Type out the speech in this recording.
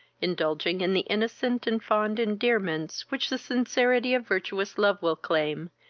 indulging in the innocent and fond endearments which the sincerity of virtuous love will claim,